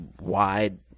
wide